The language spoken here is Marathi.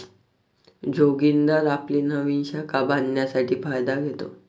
जोगिंदर आपली नवीन शाखा बांधण्यासाठी फायदा घेतो